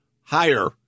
higher